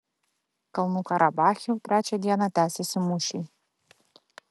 kalnų karabache jau trečią dieną tęsiasi mūšiai